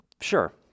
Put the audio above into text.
sure